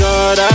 God